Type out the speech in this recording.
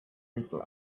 reply